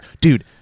Dude